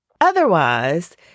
Otherwise